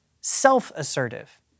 self-assertive